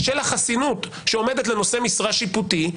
של החסינות שעומדת לנושא משרה שיפוטית,